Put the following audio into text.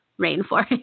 rainforest